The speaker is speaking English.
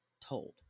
told